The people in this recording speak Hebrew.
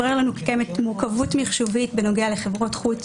התברר לנו כי קיימת מורכבות מחשובית בנוגע לחברות חוץ.